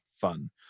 fun